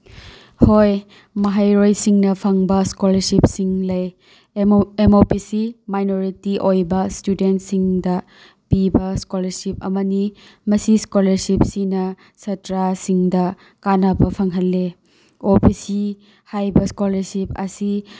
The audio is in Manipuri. ꯍꯣꯏ ꯃꯍꯩꯔꯣꯏꯁꯤꯡꯅ ꯐꯪꯕ ꯏꯁꯀꯣꯂꯥꯔꯁꯤꯞꯁꯤꯡ ꯂꯩ M O B C minority ꯑꯣꯏꯕ ꯏꯁꯇꯨꯗꯦꯟꯁꯤꯡꯗ ꯄꯤꯕ ꯏꯁꯀꯣꯂꯥꯔꯁꯤꯞ ꯑꯃꯅꯤ ꯃꯁꯤ ꯏꯁꯀꯣꯂꯥꯔꯁꯤꯞꯁꯤꯅ ꯁꯥꯠꯇ꯭ꯔꯁꯤꯡꯗ ꯀꯥꯟꯅꯕ ꯐꯪꯍꯜꯂꯤ ꯑꯣ ꯕꯤ ꯁꯤ ꯍꯥꯏꯕ ꯏꯁꯀꯣꯂꯔꯁꯤꯞ ꯑꯁꯤ